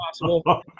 possible